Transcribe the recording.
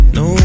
no